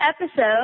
episode